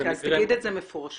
אז תגיד את זה מפורשות.